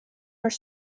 are